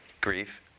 grief